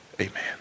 amen